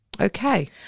Okay